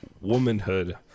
womanhood